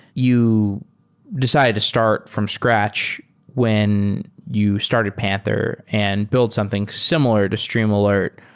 you decided to start from scratch when you started panther and build something similar to streamalert,